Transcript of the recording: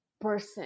person